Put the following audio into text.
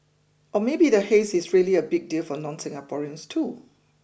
or maybe the haze is really a big deal for non Singaporeans too